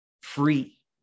free